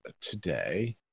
today